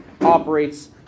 operates